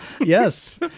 yes